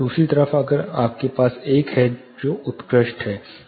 दूसरी तरफ आपके पास 1 है जो उत्कृष्ट है